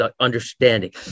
understanding